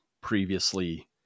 previously